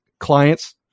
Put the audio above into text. clients